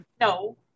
No